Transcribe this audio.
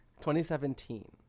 2017